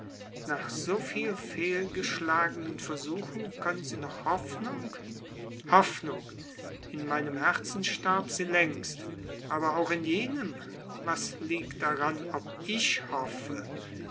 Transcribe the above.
nach so viel fehlgeschlagenen versuchen können sie noch hoffnung hoffnung in meinem herzen starb sie längst aber auch in jenem was liegt daran ob ich hoffe